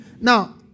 Now